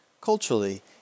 Culturally